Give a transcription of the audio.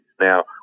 now